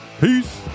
peace